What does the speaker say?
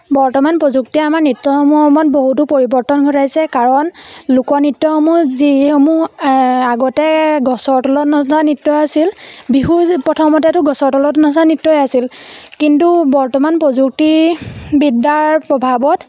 বৰ্তমান প্ৰযুক্তিয়ে আমাৰ নৃত্যসমূহত বহুতো পৰিৱৰ্তন ঘটাইছে কাৰণ লোক নৃত্যসমূহ যিসমূহ আগতে গছৰ তলত নচা নৃত্য আছিল বিহু প্ৰথমতেতো গছৰ তলত নচা নৃত্যই আছিল কিন্তু বৰ্তমান প্ৰযুক্তি বিদ্যাৰ প্ৰভাৱত